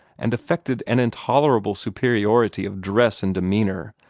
and affected an intolerable superiority of dress and demeanor,